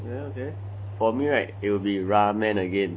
ya okay for me right it'll be ramen again